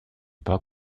pas